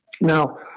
Now